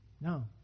No